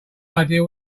idea